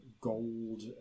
gold